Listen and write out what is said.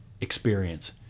experience